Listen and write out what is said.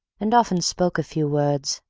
and often spoke a few words.